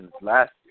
last